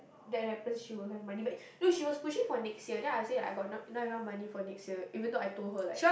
that happen she will have money back no she was pushing for next year then I say I got not not enough money for next year even though I told her like